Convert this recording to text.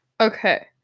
Okay